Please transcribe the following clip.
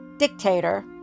Dictator